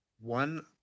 One